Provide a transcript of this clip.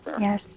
Yes